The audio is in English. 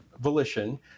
volition